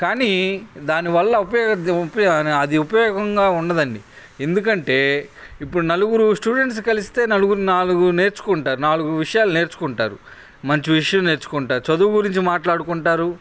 కానీ దానివల్ల అది ఉపయోగంగా ఉండదండి ఎందుకంటే ఇప్పుడు నలుగురు స్టూడెంట్స్ కలిస్తే నలుగురు నాలుగు నేర్చుకుంటారు నాలుగు విషయాలు నేర్చుకుంటారు మంచి విషయం నేర్చుకుంటారు చదువు గురించి మాట్లాడుకుంటారు